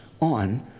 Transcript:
on